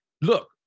Look